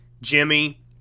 Jimmy